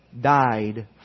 died